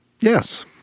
Yes